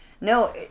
No